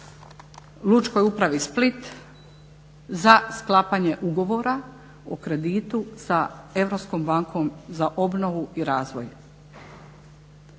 Lučkoj upravi Split za sklapanje ugovora o kreditu sa Europskom bankom za obnovu i razvoj.